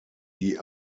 die